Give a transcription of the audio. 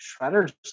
shredders